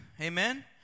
amen